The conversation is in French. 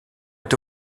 est